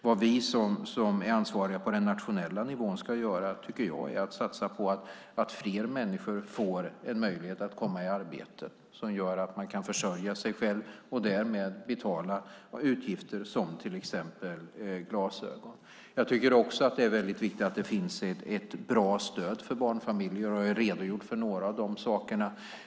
Vad jag tycker att vi som är ansvariga på den nationella nivån ska göra är att satsa på att fler människor ska få en möjlighet att komma i arbete, som gör att de kan försörja sig själva och därmed betala utgifter, till exempel för glasögon. Jag tycker också att det är viktigt att det finns ett bra stöd för barnfamiljer, och jag har redogjort för några av de sakerna.